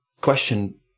question